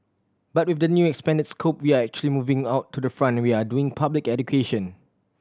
but with the new expanded scope we are actually moving out to the front we are doing public education